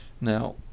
Now